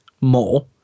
more